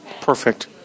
perfect